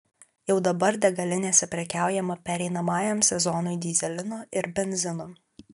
jau dabar degalinėse prekiaujama pereinamajam sezonui dyzelinu ir benzinu